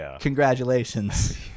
congratulations